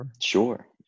Sure